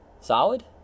solid